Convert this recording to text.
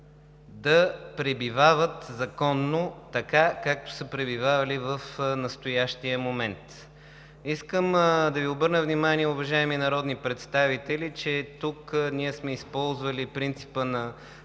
да пребивават законно така, както са пребивавали в настоящия момент. Искам да Ви обърна внимание, уважаеми народни представители, че тук ние сме използвали принципа на